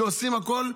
שעושים הכול.